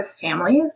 families